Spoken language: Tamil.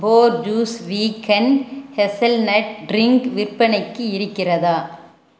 போர்ஜூஸ் வீகன் ஹேஸல்னட் ட்ரின்க் விற்பனைக்கு இருக்கிறதா